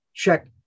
check